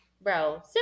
Bro